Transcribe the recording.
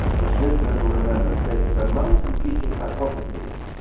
which listeners will remember states that among competing hypotheses,